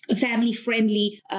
family-friendly